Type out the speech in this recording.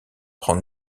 prend